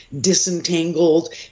disentangled